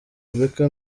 rebecca